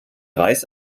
reis